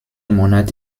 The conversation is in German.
monat